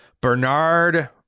Bernard